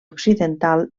occidental